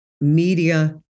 media